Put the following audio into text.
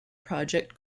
project